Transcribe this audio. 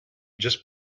just